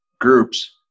groups